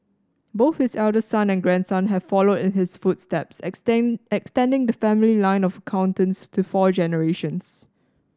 both his eldest son and grandson have followed in his footsteps extend extending the family line of accountants to four generations